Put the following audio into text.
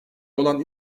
olan